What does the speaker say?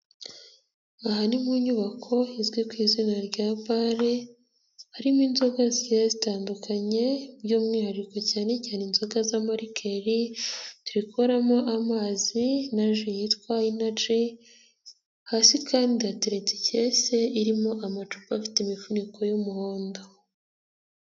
Aha ni mu nyubako izwi ku izina rya bare harimo inzoga zigiye zitandukanye by'umwihariko cyane cyane inzoga z'amarikeri, turi kubonamo amazi na ji yitwa inaji hasi kandi hateretse ikese irimo amacupa afite imifuniko y'umuhondo.